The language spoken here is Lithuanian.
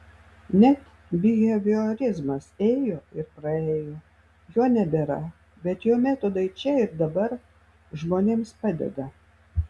net biheviorizmas ėjo ir praėjo jo nebėra bet jo metodai čia ir dabar žmonėms padeda